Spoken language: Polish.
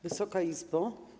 Wysoka Izbo!